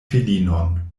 filinon